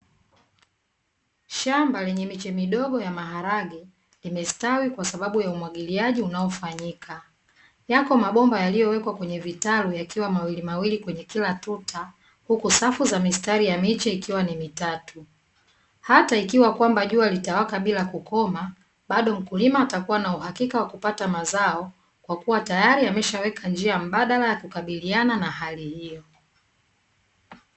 Shamba lenye miche midogo ya maharage, imestawi kwa sababu ya umwagiliaji unaofanyika. Yako mabomba yaliyowekwa kwenye vitalu, yakiwa mawilimawili kwenye kila tuta huku safu za mistari ya miche ikiwa ni mitatu. Hata ikiwa kwamba jua litawaka bila kukoma, bado mkulima atakuwa na uhakika wa kupata mazao kwakuwa tayari ameshaweka njia mbadala ya kukabiliana na hali hio.